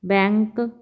bank